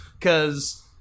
Cause